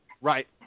Right